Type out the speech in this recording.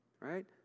Right